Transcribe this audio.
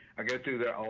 i get to that